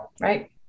right